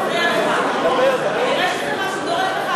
כי אם היית מתעלם,